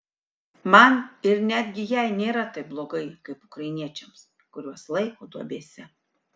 man ir netgi jai nėra taip blogai kaip ukrainiečiams kuriuos laiko duobėse